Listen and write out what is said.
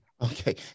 Okay